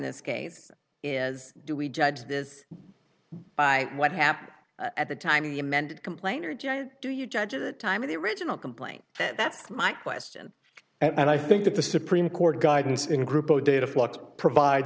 this case is do we judge this by what happened at the time of the amended complaint or general do you judge of the time of the original complaint that's my question and i think that the supreme court guidance in a group of data flux provide